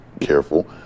careful